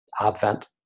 Advent